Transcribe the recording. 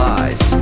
lies